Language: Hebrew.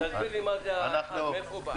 תסביר לי מאיפה התווסף השקל הבודד הזה.